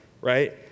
right